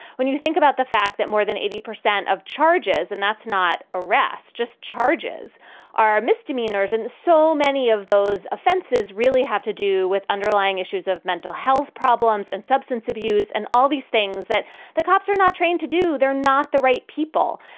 when you think about the fact that more than eighty percent of charges and that's not arrest, just charges are misdemeanors. and so many of those offenses really have to do with underlying issues of mental health problems and substance abuse and all these things that the cops are not trained to do. they're not the right people.